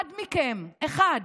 אחד מכם, אחד,